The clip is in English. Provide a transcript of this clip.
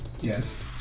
yes